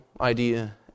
idea